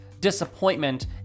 disappointment